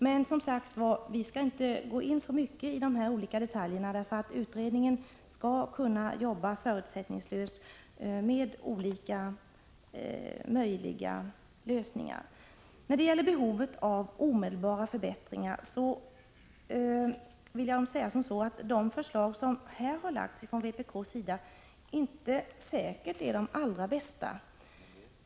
Vi skall emellertid inte här gå in så mycket på detaljer, därför att utredningen skall kunna jobba förutsättningslöst med olika förslag till lösningar. När det gäller behovet av omedelbara förbättringar av studiemedlen är det inte säkert att de förslag som vpk har lagt fram är de allra bästa.